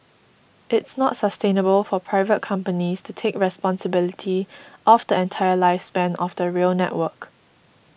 it's not sustainable for private companies to take responsibility of the entire lifespan of the rail network